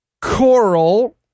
Coral